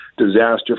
disaster